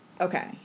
Okay